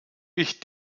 ich